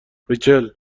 ریچل